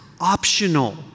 optional